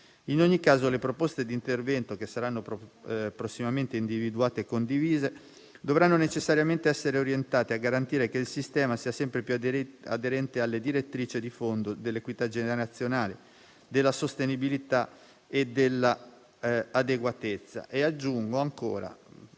In ogni caso le proposte di intervento che saranno prossimamente individuate e condivise dovranno necessariamente essere orientate a garantire che il sistema sia sempre più aderente alle direttrici di fondo dell'equità generazionale, della sostenibilità e dell'adeguatezza delle prestazioni